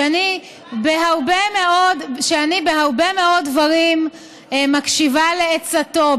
שאני בהרבה מאוד דברים מקשיבה לעצתו.